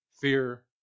fear